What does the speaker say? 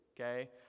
okay